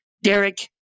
Derek